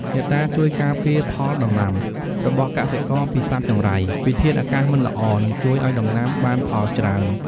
អ្នកតាជួយការពារផលដំណាំ របស់កសិករពីសត្វចង្រៃ ពីធាតុអាកាសមិនល្អ និងជួយឱ្យដំណាំបានផលច្រើន។